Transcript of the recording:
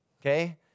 Okay